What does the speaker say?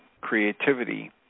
creativity